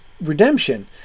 redemption